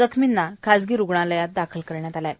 जखमींना खासगी रुग्णालयात दाखल करण्यात आले आहे